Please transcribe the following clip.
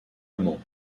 amant